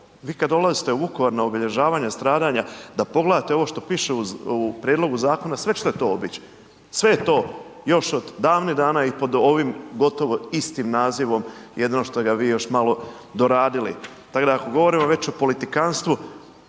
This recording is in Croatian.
Vi kad dolazite u Vukovar na obilježavanje stradanja da pogledate ovo što piše u prijedlogu zakona, sve ćete to obić, sve je to još od davnih dana i pod ovih gotovo istim nazivom, jedino što ga vi još malo doradili, tak ak govorimo već o politikanstvu